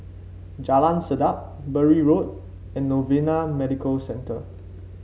Jalan Sedap Bury Road and Novena Medical Centre